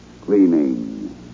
cleaning